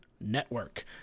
network